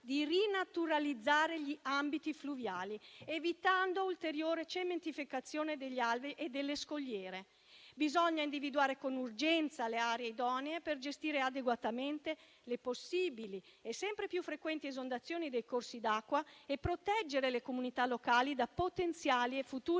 di rinaturalizzare gli ambiti fluviali, evitando ulteriore cementificazione degli alberi e delle scogliere. Bisogna individuare con urgenza le aree idonee per gestire adeguatamente le possibili e sempre più frequenti esondazioni dei corsi d'acqua e proteggere le comunità locali da potenziali e futuri